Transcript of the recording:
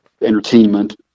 entertainment